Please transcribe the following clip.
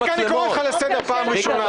צביקה, אני קורא אותך לסדר פעם ראשונה.